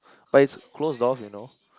but is close door you know